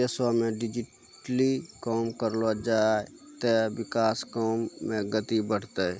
देशमे डिजिटली काम करलो जाय ते विकास काम मे गति बढ़तै